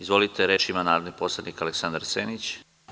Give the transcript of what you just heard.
Izvolite, reč ima narodni poslanik Aleksandar Senić.